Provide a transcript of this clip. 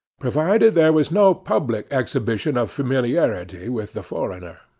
provided there was no public exhibition of familiarity with the foreigner.